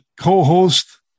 co-host